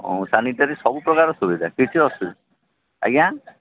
ଆଉ ସାନିଟାରୀ ସବୁ ପ୍ରକାର ସୁବିଧା କିଛି ଅସୁବିଧା ଆଜ୍ଞା